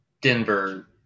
Denver